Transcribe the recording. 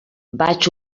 vaig